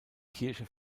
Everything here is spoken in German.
kirche